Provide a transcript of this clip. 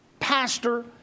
pastor